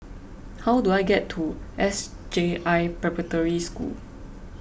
how do I get to S J I Preparatory School